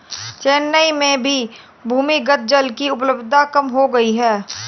चेन्नई में भी भूमिगत जल की उपलब्धता कम हो गई है